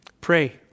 Pray